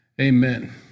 amen